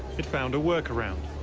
it found a work around